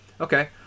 Okay